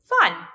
fun